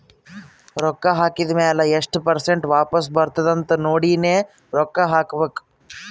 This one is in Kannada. ರೊಕ್ಕಾ ಹಾಕಿದ್ ಮ್ಯಾಲ ಎಸ್ಟ್ ಪರ್ಸೆಂಟ್ ವಾಪಸ್ ಬರ್ತುದ್ ಅಂತ್ ನೋಡಿನೇ ರೊಕ್ಕಾ ಹಾಕಬೇಕ